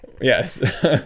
yes